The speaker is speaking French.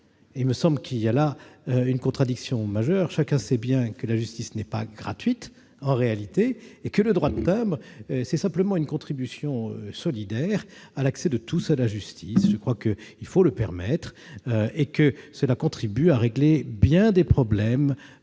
Il me semble qu'il y a là une contradiction majeure. Chacun sait bien que la justice n'est pas gratuite, en réalité, et que le droit de timbre est simplement une contribution solidaire pour l'accès de tous à la justice. Il faut autoriser cette contribution, qui permettra de régler bien des problèmes